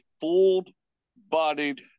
full-bodied